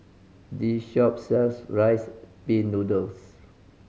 this shop sells Rice Pin Noodles